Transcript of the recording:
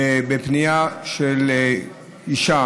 בפנייה של אישה